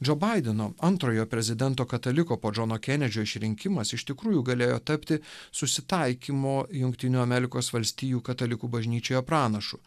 džo baideno antrojo prezidento kataliko po džono kenedžio išrinkimas iš tikrųjų galėjo tapti susitaikymo jungtinių amerikos valstijų katalikų bažnyčioje pranašu